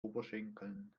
oberschenkeln